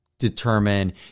determine